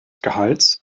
gehalts